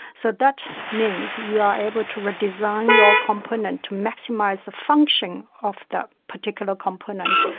so that means you're able to redesign your component, maximise the function of that particular component.